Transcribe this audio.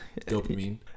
dopamine